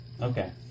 okay